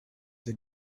they